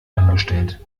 angestellt